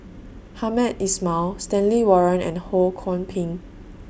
Hamed Ismail Stanley Warren and Ho Kwon Ping